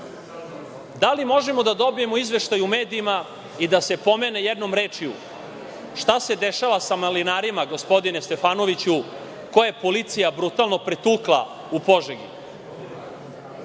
li možemo da dobijemo izveštaj u medijima i da se pomene jednom rečju - šta se dešava sa malinarima gospodine Stefanoviću, koje je policija brutalno pretukla u Požegi?